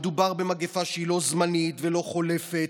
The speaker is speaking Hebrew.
מדובר במגפה שהיא לא זמנית ולא חולפת.